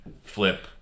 flip